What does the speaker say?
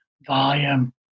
volume